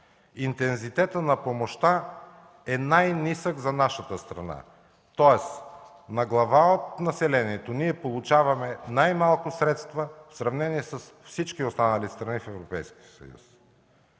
интензитетът на помощта е най-нисък за нашата страна, тоест на глава от населението ние получаваме най-малко средства в сравнение с всички останали страни в